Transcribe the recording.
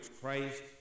Christ